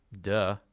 Duh